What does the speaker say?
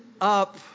up